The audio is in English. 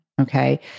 Okay